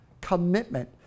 commitment